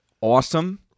awesome